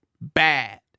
Bad